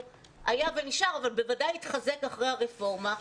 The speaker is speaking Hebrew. תמיד היה אבל בוודאי התחזק אחרי הרפורמה הזאת,